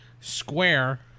square